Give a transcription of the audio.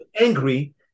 angry